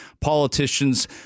politicians